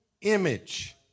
image